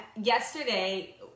yesterday